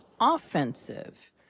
offensive